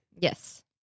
Yes